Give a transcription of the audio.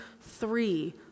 three